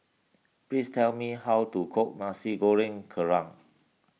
please tell me how to cook Nasi Goreng Kerang